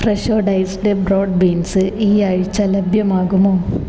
Fresho diced broad beans ഈ ആഴ്ച ലഭ്യമാകുമോ